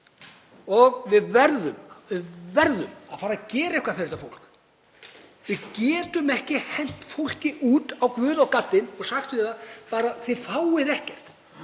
og við verðum að fara að gera eitthvað fyrir þetta fólk. Við getum ekki hent fólki út á guð og gaddinn og sagt við það: Þið fáið ekkert,